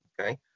okay